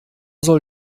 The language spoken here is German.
soll